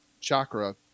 chakra